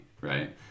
right